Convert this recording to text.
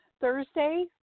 Thursday